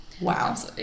Wow